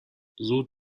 زود